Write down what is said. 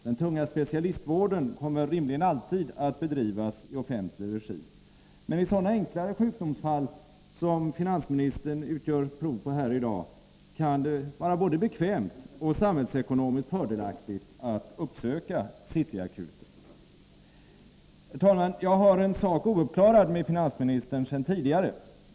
Den tunga specialistvården kommer rimligen alltid att bedrivas i offentlig regi. Men vid sådana enklare sjukdomsfall som finansministern utgör prov på här i dag kan det vara både bekvämt och samhällsekonomiskt fördelaktigt att uppsöka City Akuten. Jag har en sak ouppklarad med finansministern sedan tidigare.